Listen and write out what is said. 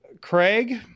Craig